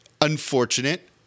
unfortunate